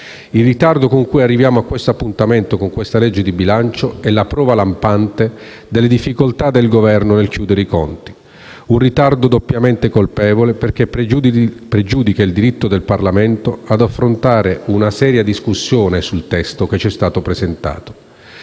Il ritardo con cui arriviamo a questo appuntamento, con questa legge di bilancio, è la prova lampante delle difficoltà del Governo nel chiudere i conti. Il ritardo è doppiamente colpevole perché pregiudica il diritto del Parlamento ad affrontare una seria discussione sul testo che ci è stato presentato.